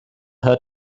her